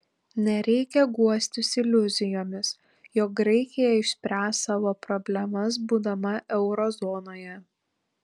nereikia guostis iliuzijomis jog graikija išspręs savo problemas būdama euro zonoje